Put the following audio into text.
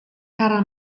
cara